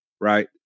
Right